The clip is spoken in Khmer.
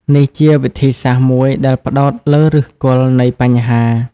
នេះជាវិធីសាស្រ្តមួយដែលផ្តោតលើឫសគល់នៃបញ្ហា។